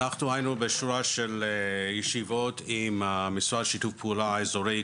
אנחנו היינו בשורה של ישיבות עם המשרד לשיתוף פעולה אזורית